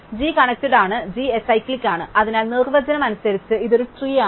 G connected ആണ് G acyclic ആണ് അതിനാൽ നിർവചനം അനുസരിച്ച് ഇത് ഒരു ട്രീ ആണ്